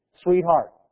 sweetheart